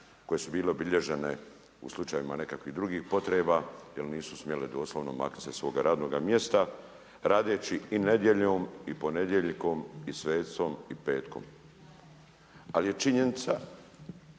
koje su bile obilježene u slučajevima nekakvih drugih potreba jer nisu smjele doslovno maknuti se sa svoga radnoga mjesta radeći i nedjeljom i ponedjeljkom i svetkom i petkom. Ali je činjenica